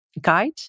guide